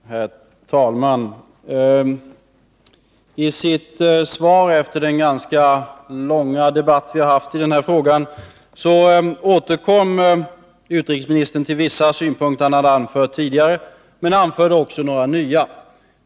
Herr talman! I sitt anförande efter den ganska långa debatt vi har haft i den här frågan återkom utrikesministern till vissa synpunkter han hade anfört tidigare, men han anförde också några nya.